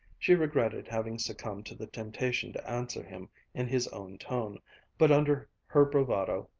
she regretted having succumbed to the temptation to answer him in his own tone but, under her bravado,